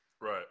Right